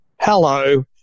hello